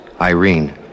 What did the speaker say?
Irene